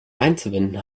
einzuwenden